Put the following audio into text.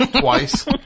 twice